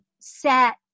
set